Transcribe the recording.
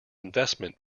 investment